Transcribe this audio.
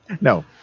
No